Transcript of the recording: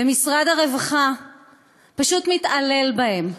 ומשרד הרווחה פשוט מתעלל בהם,